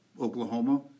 Oklahoma